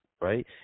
Right